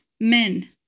men